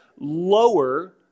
lower